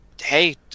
hey